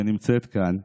שנמצאת כאן,